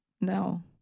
No